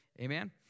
Amen